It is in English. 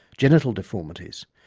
genital deformities,